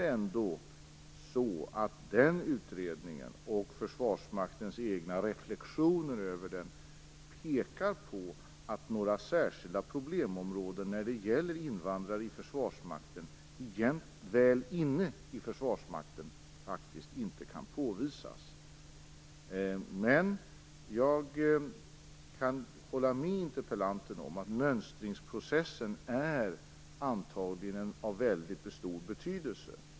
Men den utredningen, och försvarsmaktens egna reflexioner över den, pekar på att några särskilda problemområden när det gäller invandrare som väl är inne i försvarsmakten faktiskt inte kan påvisas. Men jag kan hålla med interpellanten om att mönstringsprocessen antagligen är av mycket stor betydelse.